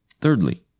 Thirdly